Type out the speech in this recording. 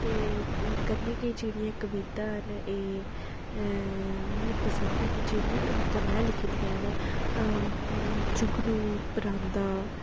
ते कन्नै गे जेह्ड़ियां कविता ऐ न एह् मिगी पसंद न जेह्ड़ियां कविता में लिखी दियां न जुगनू परांदा